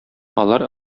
алар